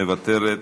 מוותרת,